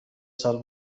سال